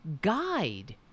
guide